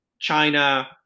China